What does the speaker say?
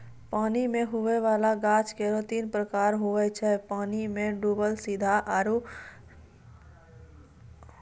पानी मे हुवै वाला गाछ केरो तीन प्रकार हुवै छै पानी मे डुबल सीधा आरु भसिआइत